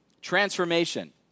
transformation